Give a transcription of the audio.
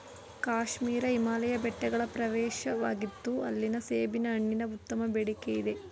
ಕಾಶ್ಮೀರ ಹಿಮಾಲಯ ಬೆಟ್ಟಗಳ ಪ್ರವೇಶವಾಗಿತ್ತು ಅಲ್ಲಿನ ಸೇಬಿನ ಹಣ್ಣಿಗೆ ಉತ್ತಮ ಬೇಡಿಕೆಯಿದೆ